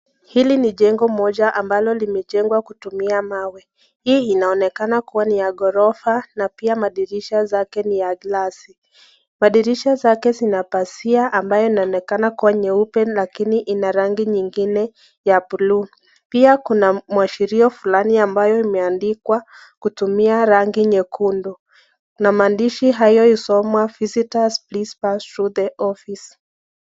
Hili ni jengo moja ambalo limejengwa kutumia mawe. Hii inaonekana kuwa ni ya ghorofa, na pia madirisha zake ni ya (glass). Madirisha zake zina pazia ambayo inaonekana kuwa nyeupe lakini inarangi nyingine ya (blue) pia kuna mwashirio fulani ambao imeandikwa kutumia rangi nyekundu. Na maandishi hayo husomwa (visitors please pass through the office).